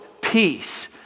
peace